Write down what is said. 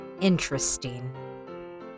Interesting